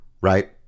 Right